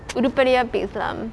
உருப்படியா பேசலாம்:urupadiyaa pesalaam